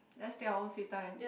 let's take our sweet time